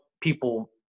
people